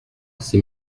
ces